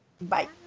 Bye